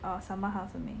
orh summer house only